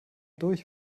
durch